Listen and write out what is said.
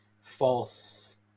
false